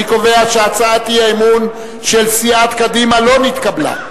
אני קובע שהצעת האי-אמון של סיעת קדימה לא נתקבלה.